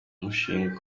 mushinga